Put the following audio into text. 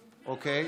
אוקיי.